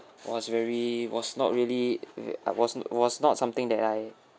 was very was not really it I wasn't was not something that I